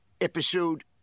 episode